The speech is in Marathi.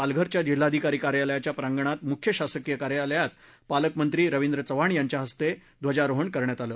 पालघर च्या जिल्हाधिकारी कार्यालयाच्या प्रांगणात मुख्य शासकीय कार्यक्रमात पालकमंत्री रवींद्र चव्हाण यांच्या हस्ते ध्वजारोहण करण्यात आलं